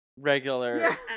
regular